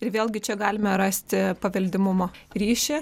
ir vėlgi čia galime rasti paveldimumo ryšį